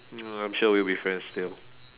mm I'm sure we'll be friends still